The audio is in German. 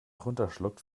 runterschluckt